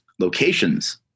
locations